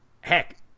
heck